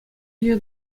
ҫине